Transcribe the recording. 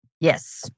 Yes